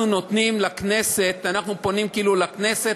פונים לכנסת,